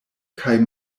kaj